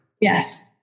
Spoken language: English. yes